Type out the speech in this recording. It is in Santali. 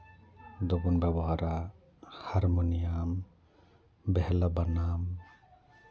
ᱫᱚᱵᱚᱱ ᱵᱮᱵᱚᱦᱟᱨᱟ ᱦᱟᱨᱢᱳᱱᱤᱭᱟᱢ ᱵᱷᱮᱞᱟ ᱵᱟᱱᱟᱢ